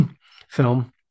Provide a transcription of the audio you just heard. film